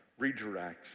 redirects